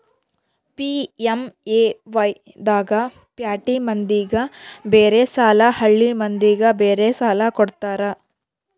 PMAY ದಾಗ ಪ್ಯಾಟಿ ಮಂದಿಗ ಬೇರೆ ಸಾಲ ಹಳ್ಳಿ ಮಂದಿಗೆ ಬೇರೆ ಸಾಲ ಕೊಡ್ತಾರ